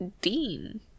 Dean